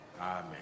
Amen